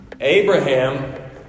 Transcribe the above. Abraham